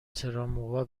تراموا